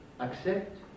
accept